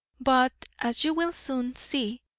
but, as you will soon see,